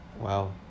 wow